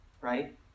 right